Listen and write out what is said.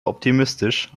optimistisch